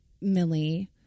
Millie